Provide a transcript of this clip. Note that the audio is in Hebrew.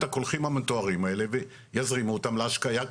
הקולחים המטוהרים האלה ויזרימו אותם להשקייה,